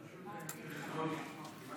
ברשות היושבת-ראש.